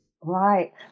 Right